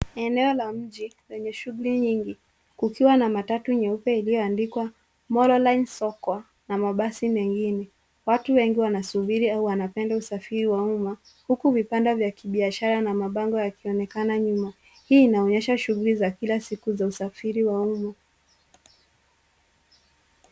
Eneo la mji lenye shughuli nyingi, kukiwa na matatu nyeupe iliandikwa Mololine Sacco na mabasi mengine. Watu wengi wanasubiri au wanapenda usafiri wa umma huku vibanda vya kibiashara na mabango yakionekana nyuma. Hii inaonyesha shughuli za kila siku za usafiri wa umma.